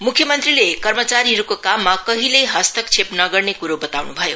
म्ख्यमन्त्रीले कर्मचारीहरूको काममा कहिल्यै हस्तक्षेप नगर्ने क्रो बताउन् भयो